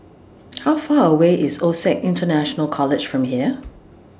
How Far away IS OSAC International College from here